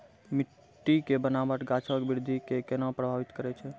मट्टी के बनावट गाछो के वृद्धि के केना प्रभावित करै छै?